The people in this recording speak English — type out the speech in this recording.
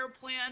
plan